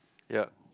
ya